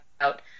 out